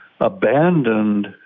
abandoned